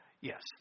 Yes